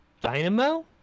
dynamo